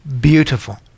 beautiful